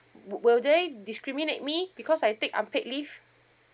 w~ will they discriminate me because I take unpaid leave